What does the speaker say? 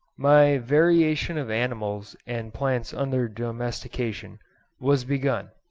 my variation of animals and plants under domestication was begun,